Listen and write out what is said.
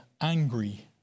angry